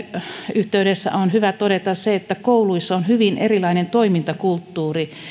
yhteydessä on hyvä todeta se että kouluissa on hyvin erilainen toimintakulttuuri siinä